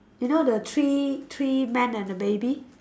you know the three three men and the baby